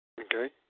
Okay